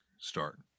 start